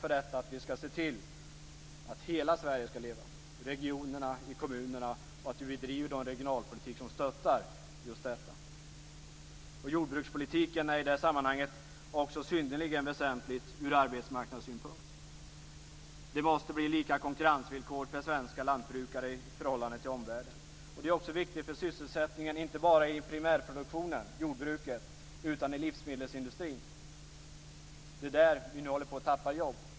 Nu skall vi stå upp för att hela Sverige skall leva, även regionerna och kommunerna. Vi skall driva en regionalpolitik som stöttar detta. Jordbrukspolitiken är också synnerligen väsentlig ur arbetsmarknadssynpunkt. Det måste bli lika konkurrensvillkor för svenska lantbrukare i förhållande till omvärlden. Det är också viktigt för sysselsättningen inte bara i primärproduktionen, jordbruket, utan också i livsmedelsindustrin. Det är där vi nu håller på att tappa jobb.